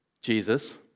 Jesus